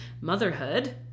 motherhood